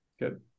Good